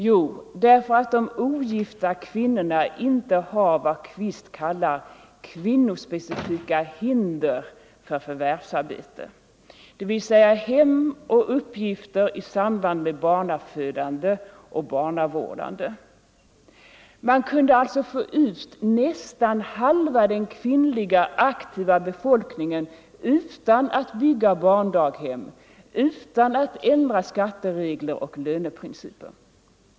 Jo, därför att de ogifta kvinnorna inte har vad Qvist kallar kvinnospecifika hinder för förvärvsarbete, dvs. hem och uppgifter i samband med barnafödande och barnavårdande. Man kunde alltså få ut nästan halva den kvinnliga aktiva befolkningen utan att bygga barndaghem, utan att ändra skatteregler och löneprinciper.